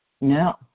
No